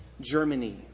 Germany